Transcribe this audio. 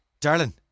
darling